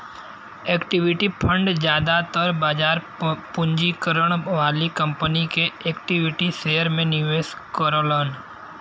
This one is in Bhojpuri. इक्विटी फंड जादातर बाजार पूंजीकरण वाली कंपनी के इक्विटी शेयर में निवेश करलन